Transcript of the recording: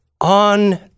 on